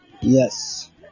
Yes